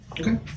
Okay